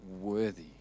worthy